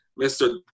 Mr